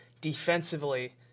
defensively